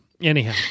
Anyhow